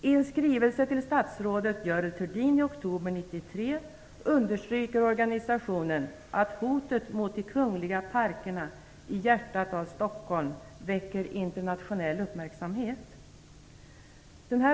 I en skrivelse till statsrådet Görel Thurdin i oktober 1993 understryker organisationen att hotet mot de kungliga parkerna i hjärtat av Stockholm väcker internationell uppmärksamhet.